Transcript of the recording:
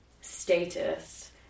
status